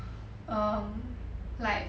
um like